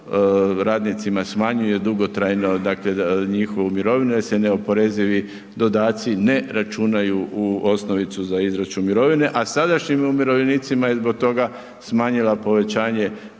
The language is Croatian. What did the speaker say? radnicima smanjuje dugotrajno dakle njihovu mirovinu jer se neoporezivi dodaci ne računaju u osnovicu za izračun mirovine, a sadašnjim umirovljenicima je zbog toga smanjila povećanje